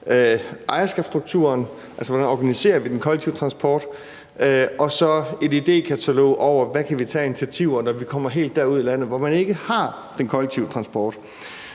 ejerskabsstrukturen, altså hvordan vi organiserer den kollektive transport, og hvor der så kommer et idékatalog over, hvad vi kan tage af initiativer, når vi kommer helt derud i landet, hvor man ikke har den kollektive transport,